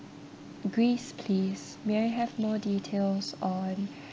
greece please may I have more details on